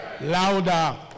Louder